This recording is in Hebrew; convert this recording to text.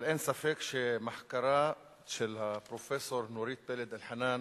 אבל אין ספק שמחקרה של הפרופסור נורית פלד-אלחנן,